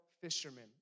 fishermen